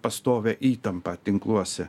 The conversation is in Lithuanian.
pastovią įtampą tinkluose